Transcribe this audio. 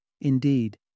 Indeed